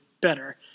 better